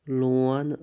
loan